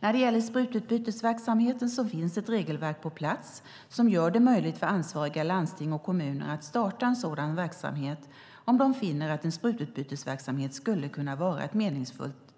När det gäller sprututbytesverksamheten finns ett regelverk på plats som gör det möjligt för ansvariga landsting och kommuner att starta en sådan verksamhet om de finner att en sprututbytesverksamhet skulle kunna vara ett